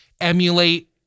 emulate